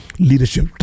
Leadership